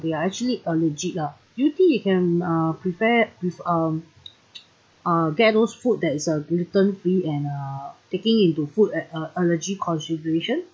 they are actually allergic lah do you think you can uh prepare with um uh uh get those food that is uh gluten free and uh taking into food at a allergy consideration